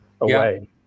away